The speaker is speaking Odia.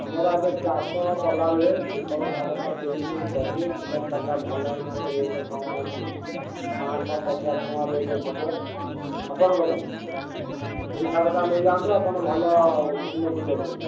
ଆମର ଆଜ୍ଞା ଚାଷ କଲାବେଳେ ସୁପର୍ ସାରଟା ଦେଇକି କରିବେ ସୁପର୍ ସାରଟା ଭଲ ଏଇନା ରେଟ୍ କମ୍ ଅଛି ପାଞ୍ଚଶହ ପଚାଶ ଟଙ୍କା ରେଟ୍ ହେବ ଆପଣଙ୍କ ପାଇଁ ସେଇ ସାରଟା ନେଇଯାଆନ୍ତୁ ଆପଣ ଭଲ ଉନ୍ନତି କରିବେ